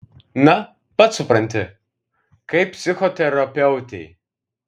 na pats supranti kaip psichoterapeutei